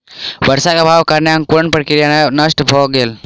वर्षाक अभावक कारणेँ अंकुरण प्रक्रिया नष्ट भ गेल